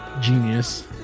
genius